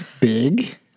big